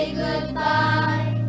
goodbye